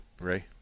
Ray